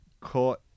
caught